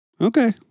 Okay